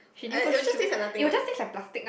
I it will just taste like nothing [what]